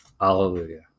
Hallelujah